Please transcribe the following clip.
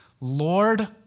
Lord